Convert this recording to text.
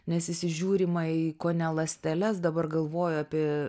nes įsižiūrima į kone ląsteles dabar galvoju apie